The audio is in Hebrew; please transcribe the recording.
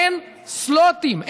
אין סלוטים,